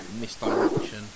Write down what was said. misdirection